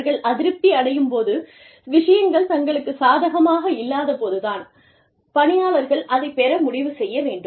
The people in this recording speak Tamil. அவர்கள் அதிருப்தி அடையும்போதும் விஷயங்கள் தங்களுக்குச் சாதகமாக இல்லாத போது தான் பணியாளர்கள் அதைப் பெற முடிவு செய்ய வேண்டும்